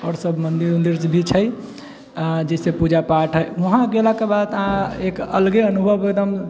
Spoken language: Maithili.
आओर सभ मन्दिर वन्दिर जे भी छै आओर जइसे पूजा पाठ हइ वहाँ गेलाके बाद एक अलगे अनुभव एकदम